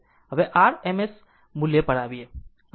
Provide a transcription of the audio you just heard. હવે RMS મુલ્ય પર આવીએ